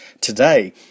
today